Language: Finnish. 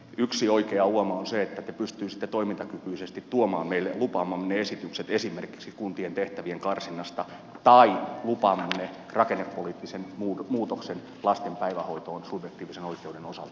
yksi oikea uoma on se että te pystyisitte toimintakykyisesti tuomaan meille lupaamanne esitykset esimerkiksi kuntien tehtävien karsinnasta tai lupaamanne rakennepoliittisen muutoksen lasten päivähoitoon subjektiivisen oikeuden osalta